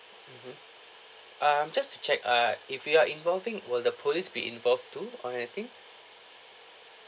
mmhmm um just to check err if you're involving will the police be involved too or anything